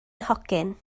nhocyn